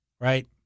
Right